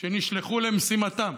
שנשלחו למשימתם.